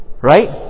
right